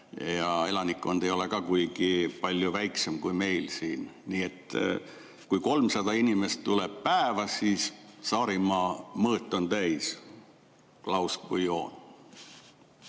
ja elanikkond ei ole ka kuigi palju väiksem kui meil siin. "Kui 300 inimest tuleb päevas, siis Saarimaa mõõt on täis." – Klaus Bouillon.